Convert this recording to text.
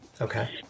Okay